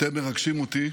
אתם מרגשים אותי,